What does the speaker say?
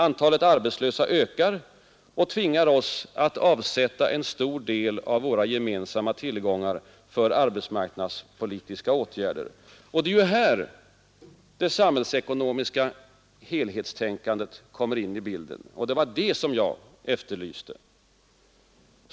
Antalet arbetslösa ökar då och tvingar oss att avsätta en stor del av våra gemensamma tillgångar för arbetsmarknadspolitiska åtgärder Det är här det samhällsekonomiska helhetstänkandet kommer in i bilden, och det var det som jag efterlyste.